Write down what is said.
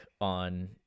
on